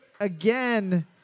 again